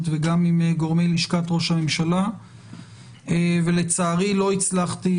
וגם עם גורמים מלשכת ראש הממשלה ולצערי לא הצלחתי